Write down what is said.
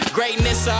Greatness